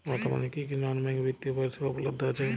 বর্তমানে কী কী নন ব্যাঙ্ক বিত্তীয় পরিষেবা উপলব্ধ আছে?